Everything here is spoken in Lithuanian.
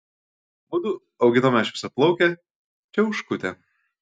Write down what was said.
mudu auginome šviesiaplaukę čiauškutę